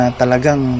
talagang